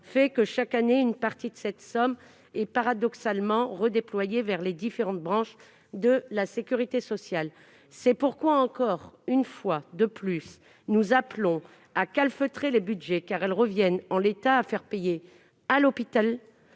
fait que, chaque année, une partie de cette somme est paradoxalement redéployée vers les différentes branches de la sécurité sociale. C'est pourquoi, une fois de plus, nous appelons à calfeutrer les budgets, car cette taxe revient, en l'état, à mettre à contribution l'hôpital